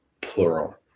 plural